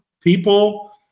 People